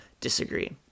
disagree